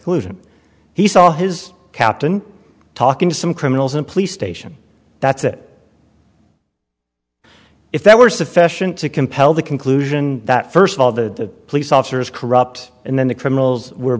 conclusion he saw his captain talking to some criminals and police station that's it if that were sufficient to compel the conclusion that first of all the police officers corrupt and then the criminals were